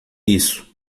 isso